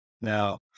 now